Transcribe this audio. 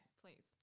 Please